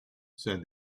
said